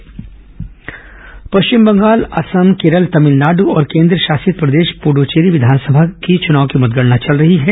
विधानसभा चुनाव पश्चिम बंगाल असम केरल तमिलनाडु और केन्द्रशासित प्रदेश पुद्दचेरी विधानसभा चुनाव की मतगणना चल रही है